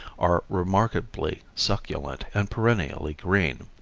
are remarkably succulent and perennially green.